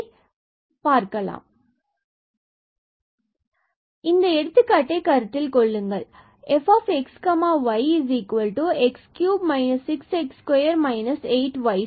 என்பதை பார்க்கலாம் Find all critical points fx0fy0 For each critical point evaluate rfxxsfxytfyy Identification If rt s20r0 maximum If rt s20r0 minimum If rt s20 Saddle point If rt s20 Test Fails இந்த எடுத்துக்காட்டை கருத்தில் கொள்ளுங்கள்